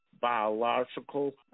biological